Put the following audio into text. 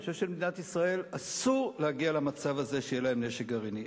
אני חושב שלמדינת ישראל אסור להגיע למצב הזה שיהיה להם נשק גרעיני.